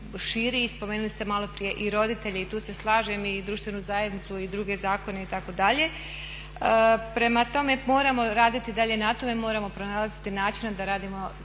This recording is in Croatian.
širi i spomenuli ste maloprije i roditelje i tu se slažem i društvenu zajednicu i druge zakone itd…. Prema tome, moramo raditi i dalje na tome, moramo pronalaziti načina da radimo